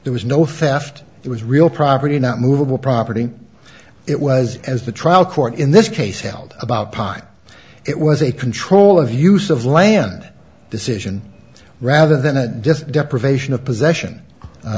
there was no faffed it was real property not movable property it was as the trial court in this case held about pine it was a control of use of land decision rather than a disk deprivation of possession